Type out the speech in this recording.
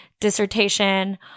dissertation